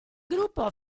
gruppo